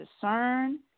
discern